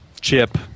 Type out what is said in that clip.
chip